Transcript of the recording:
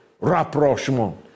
rapprochement